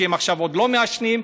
שעוד לא מעשנים,